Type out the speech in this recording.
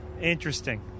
interesting